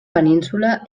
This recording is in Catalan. península